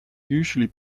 usually